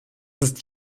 ist